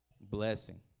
blessing